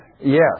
Yes